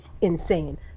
insane